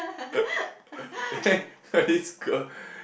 then got this girl